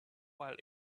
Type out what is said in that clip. while